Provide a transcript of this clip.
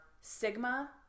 Sigma